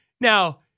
Now